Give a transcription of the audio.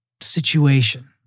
situation